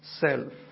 self